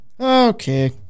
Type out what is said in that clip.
Okay